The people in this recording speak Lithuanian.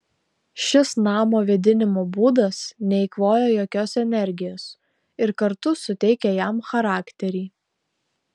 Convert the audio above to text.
šis namo vėdinimo būdas neeikvoja jokios energijos ir kartu suteikia jam charakterį